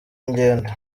ngenda